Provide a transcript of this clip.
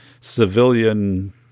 civilian